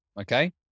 Okay